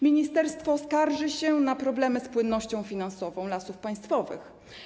Ministerstwo skarży się na problemy z płynnością finansową Lasów Państwowych.